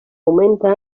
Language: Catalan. augmenten